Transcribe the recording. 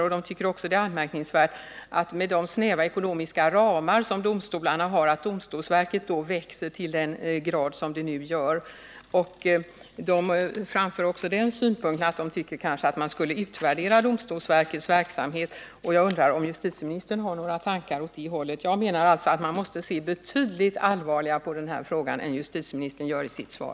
Vidare anser de, mot bakgrund av de snäva ekonomiska ramar som domstolarna har, att det är anmärkningsvärt att domstolsverket växer till den grad som det nu gör. Man framför också synpunkten att man kanske borde utvärdera domstolsverkets verksamhet. Jag undrar om justitieministern har några tankar åt det hållet. Jag menar alltså att man måste se betydligt allvarligare på den här frågan än justitieministern gör i sitt svar.